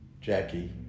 Jackie